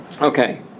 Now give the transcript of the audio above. Okay